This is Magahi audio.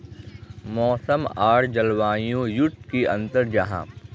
मौसम आर जलवायु युत की अंतर जाहा?